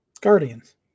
Guardians